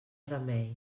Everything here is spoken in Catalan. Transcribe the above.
remei